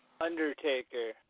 Undertaker